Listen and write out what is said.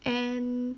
and